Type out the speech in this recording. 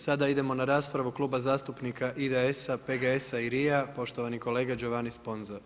Sada idemo na raspravu Kluba zastupnika IDS-a, PGS-a i RI-a, poštovani kolega Giovanni Sponza.